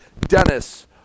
Dennis